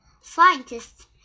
Scientists